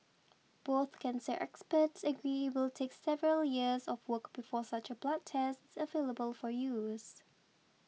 both cancer experts agree it will take several years of work before such a blood test is available for use